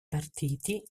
partiti